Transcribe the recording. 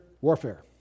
warfare